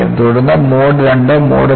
തുടർന്ന് mode II mode III